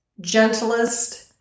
gentlest